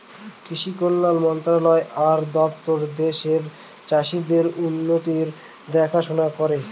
কৃষি কল্যাণ মন্ত্রণালয় আর দপ্তর দেশের চাষীদের উন্নতির দেখাশোনা করে